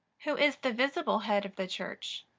who is the visible head of the church?